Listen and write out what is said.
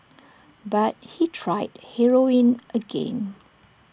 but he tried heroin again